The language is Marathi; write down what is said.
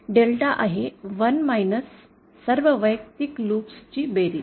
डेल्टा आहे 1 सर्व वैयक्तिक लूप्स ची बेरीज